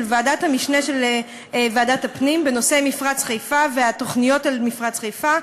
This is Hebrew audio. של ועדת המשנה של ועדת הפנים בנושא מפרץ חיפה והתוכניות למפרץ חיפה,